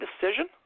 decision